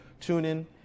TuneIn